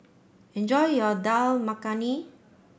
enjoy your Dal Makhani